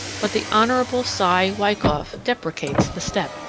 but the hon. cy wykoff deprecates the step.